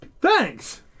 Thanks